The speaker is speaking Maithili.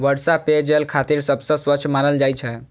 वर्षा जल पेयजल खातिर सबसं स्वच्छ मानल जाइ छै